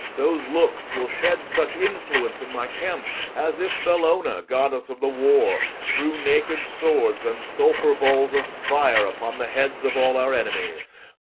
those looks will shed such influence in my camp, as if bellona, goddess of the war, threw naked swords and sulphur-balls of fire upon the heads of all our enemies